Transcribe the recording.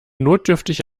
notdürftig